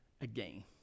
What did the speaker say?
again